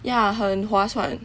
ya 很划算